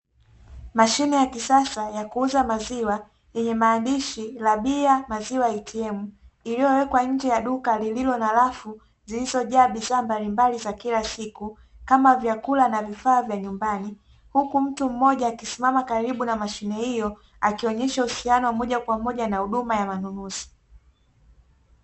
Mashine ya kisasa ya kuuza maziwa yenye maandishi "RABIA MAZIWA ATM" ,iliyowekwa nje ya duka lililo na rafu zilizojaa bidhaa mbalilmbali za kila siku kama vyakula na vifaa vya nyumbani ,huku mtu mmoja akisimama karibu na mashine hiyo akionyesha uhusiano wa moja kwa moja ya huduma ya manunuzi .